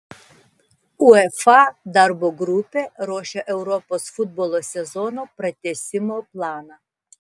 uefa darbo grupė ruošia europos futbolo sezono pratęsimo planą